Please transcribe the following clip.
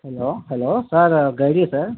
hello hello sir గైడి sir